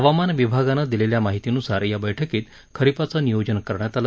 हवामान विभागानं दिलेल्या माहितीनुसार या बैठकीत खरीपाचं नियोजन करण्यात आलं